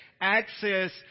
access